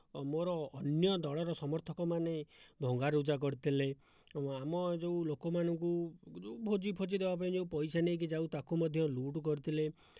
ଆଉ ମୋର ଅନ୍ୟ ଦଳର ସମର୍ଥକମାନେ ଭଙ୍ଗା ରୁଜା କରିଥିଲେ ଆମ ଏହି ଯେଉଁ ଲୋକମାନଙ୍କୁ ଯେଉଁ ଭୋଜି ଫୋଜି ଦେବା ପାଇଁ ଯେଉଁ ପଇସା ନେଇକି ଯାଉ ତାକୁ ମଧ୍ୟ ଲୁଟ୍ କରିଥିଲେ